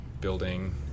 building